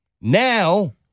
now